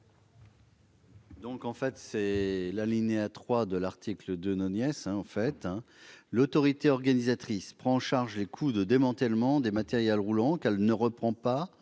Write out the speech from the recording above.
précision figure à l'alinéa 3 de l'article 2 :« L'autorité organisatrice prend en charge les coûts de démantèlement des matériels roulants qu'elle ne reprend pas